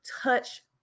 touch